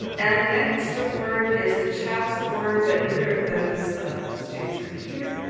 and the next award is the chaps award, but neither of those students are here,